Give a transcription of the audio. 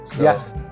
Yes